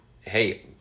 Hey